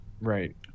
Right